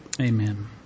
Amen